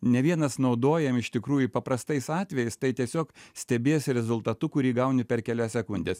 ne vienas naudojam iš tikrųjų paprastais atvejais tai tiesiog stebiesi rezultatu kurį gauni per kelias sekundes